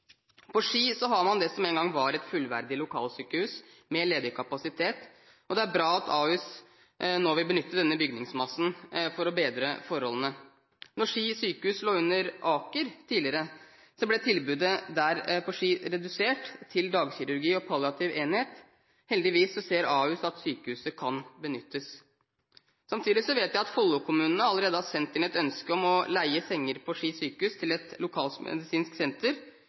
På Ski har man det som en gang var et fullverdig lokalsykehus, med ledig kapasitet. Det er bra at Ahus nå vil benytte denne bygningsmassen for å bedre forholdene. Da Ski sykehus tidligere lå under Aker, ble tilbudet på Ski redusert til dagkirurgi og palliativ enhet. Heldigvis ser Ahus at sykehuset kan benyttes. Samtidig vet jeg at Follo-kommunene allerede har sendt inn et ønske om å leie senger på Ski sykehus til et lokalmedisinsk senter,